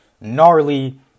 gnarly